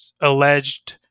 alleged